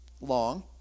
long